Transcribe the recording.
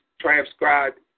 transcribed